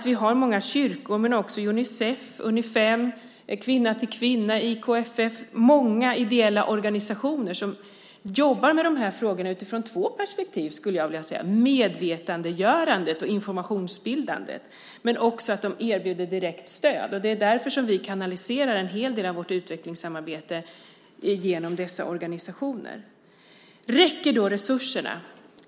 Vi har många kyrkor men också Unicef, Unifem, Kvinna till Kvinna, IKFF - många ideella organisationer som jobbar med de här frågorna utifrån två perspektiv, skulle jag vilja säga: medvetandegörandet och informationsbildandet, men också att de erbjuder direkt stöd. Det är därför som vi kanaliserar en hel del av vårt utvecklingssamarbete genom dessa organisationer. Räcker då resurserna?